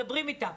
מדברים איתם.